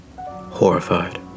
Horrified